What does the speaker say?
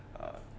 uh